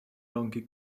donkey